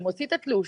שמוציא את התלוש,